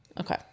Okay